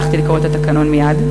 הלכתי לקרוא את התקנון מייד,